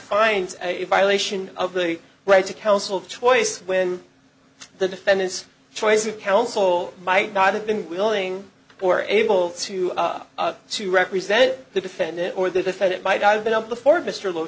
find a violation of the right to counsel of choice when the defendant's choice of counsel might not have been willing or able to to represent the defendant or the fed it might i've been up before mr l